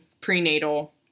prenatal